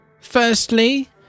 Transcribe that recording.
Firstly